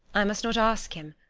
i must not ask him,